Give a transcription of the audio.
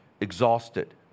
exhausted